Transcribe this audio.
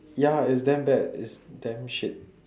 ya it's damn bad it's damn shit